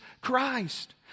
Christ